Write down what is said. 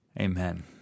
Amen